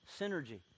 Synergy